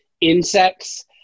insects